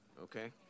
okay